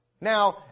Now